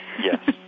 Yes